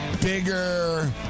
bigger